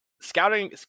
scouting